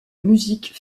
musique